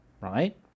right